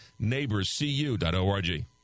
neighborscu.org